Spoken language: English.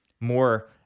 more